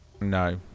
no